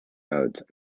modes